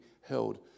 held